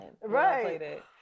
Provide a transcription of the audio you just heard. Right